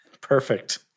Perfect